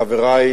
חברי